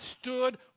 stood